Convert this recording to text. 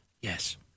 yes